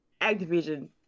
Activision